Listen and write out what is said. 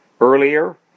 earlier